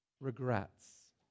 regrets